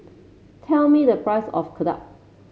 tell me the price of